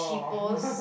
people's